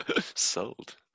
Sold